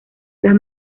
las